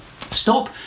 Stop